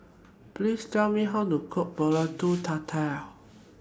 Please Tell Me How to Cook Pulut Tatal